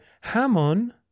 Hamon